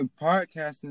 podcasting